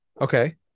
Okay